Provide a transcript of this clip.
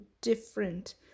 different